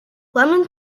lemon